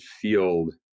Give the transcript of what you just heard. field